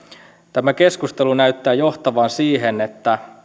tämä keskustelu näyttää johtavan siihen että